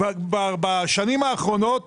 העורף בשנים האחרונות